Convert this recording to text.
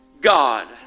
God